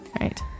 right